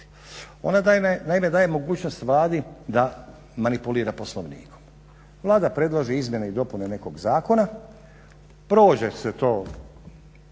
naime daje mogućnost Vladi da manipulira Poslovnikom. Vlada predloži izmjene i dopune nekog zakona, prođe se to